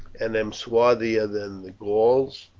and am swarthier than the gauls,